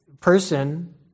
person